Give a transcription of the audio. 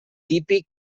típic